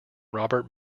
robert